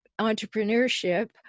entrepreneurship